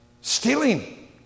stealing